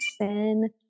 sin